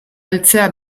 heltzea